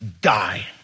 die